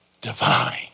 divine